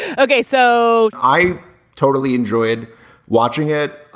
okay so i totally enjoyed watching it.